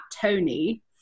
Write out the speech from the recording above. Tony